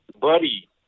Buddy